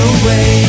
away